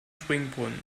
springbrunnen